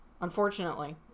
unfortunately